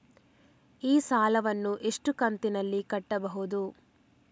ಈ ಸಾಲವನ್ನು ಎಷ್ಟು ಕಂತಿನಲ್ಲಿ ಕಟ್ಟಬಹುದು?